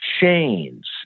chains